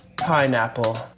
Pineapple